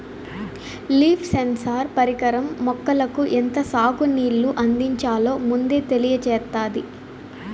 leaf sensor పరికరం మొక్కలకు ఎంత సాగు నీళ్ళు అందించాలో ముందే తెలియచేత్తాది